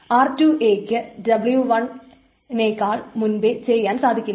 r2 യ്ക്ക് a1 നേക്കാൾ മുൻപെ ചെയ്യാൻ സാധിക്കില്ല